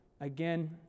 Again